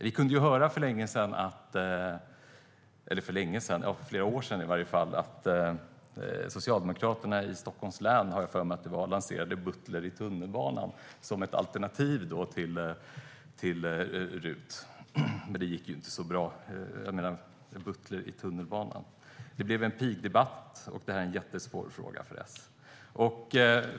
Vi kunde höra för några år sedan att Socialdemokraterna i Stockholms län, har jag för mig att det var, lanserade butler i tunnelbanan som ett alternativ till RUT. Det gick dock inte så bra - jag menar, en butler i tunnelbanan! Det blev en pigdebatt, och detta är en jättesvår fråga för S.